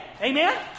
Amen